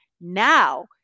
now